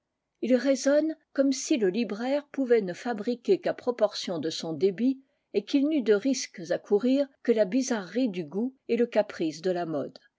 ils raisonnent comme si le libraire pouvait ne fabriquer qu'à proportion de son débit et qu'il n'eût de risques à courir que la bizarrerie du goût et le caprice de la mode